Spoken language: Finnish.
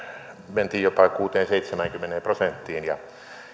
mentiin jopa kuuteenkymmeneen viiva seitsemäänkymmeneen prosenttiin